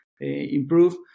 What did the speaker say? improve